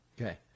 Okay